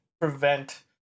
prevent